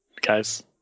guys